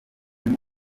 niwe